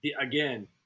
again